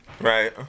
Right